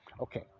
okay